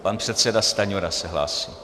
Pan předseda Stanjura se hlásí.